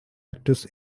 actors